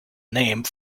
named